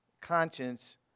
conscience